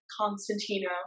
Constantino